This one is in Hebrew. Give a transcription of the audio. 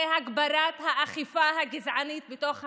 זה הגברת האכיפה הגזענית בתוך המדינה,